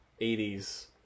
80s